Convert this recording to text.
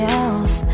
else